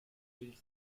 gilt